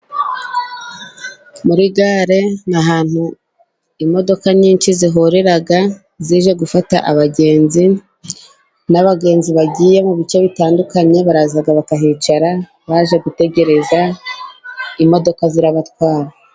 Muri gare ni ahantu imodoka nyinshi zihurira zije gufata abagenzi. N'abagenzi bagiye mu bice bitandukanye baraza bakahicara, baje gutegereza imodoka zirabatwara.